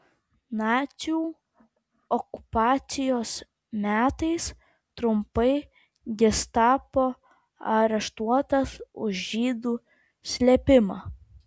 nacių okupacijos metais trumpai gestapo areštuotas už žydų slėpimą